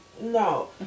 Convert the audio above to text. No